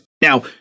Now